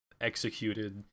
executed